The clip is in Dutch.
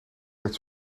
werd